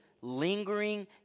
lingering